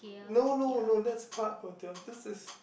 no no no that's Park Hotel this is